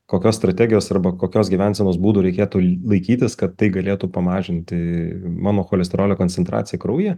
kokios strategijos arba kokios gyvensenos būdo reikėtų laikytis kad tai galėtų pamažinti mano cholesterolio koncentraciją kraujyje